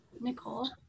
Nicole